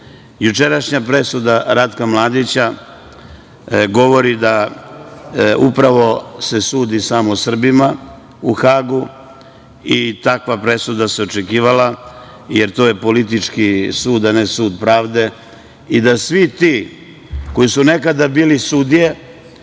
njega. Jučerašnja presuda Ratka Mladića govori da se sudi samo Srbima u Hagu i takva presuda se očekivala, jer to je politički sud, a ne sud pravde i da svi ti koji su nekada bili sudije,